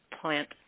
plant